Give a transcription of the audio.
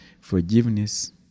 forgiveness